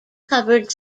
covered